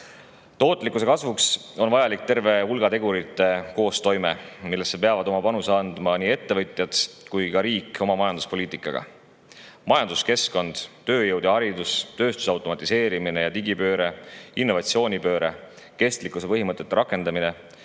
Tootlikkuse kasvuks on vajalik terve hulga tegurite koostoime, millesse peavad oma panuse andma nii ettevõtjad kui ka riik oma majanduspoliitikaga. Majanduskeskkond, tööjõud ja haridus, tööstuse automatiseerimine ja digipööre, innovatsioonipööre, kestlikkuse põhimõtete rakendamine,